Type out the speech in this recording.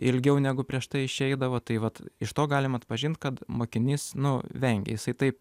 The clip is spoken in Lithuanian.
ilgiau negu prieš tai išeidavo tai vat iš to galima atpažint kad mokinys nu vengia jisai taip